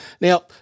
Now